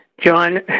John